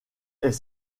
est